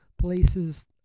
places